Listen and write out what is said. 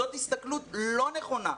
זו הסתכלות לא נכונה,